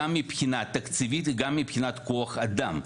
גם מבחינה תקציבית וגם מבחינת כוח אדם.